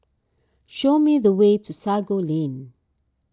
show me the way to Sago Lane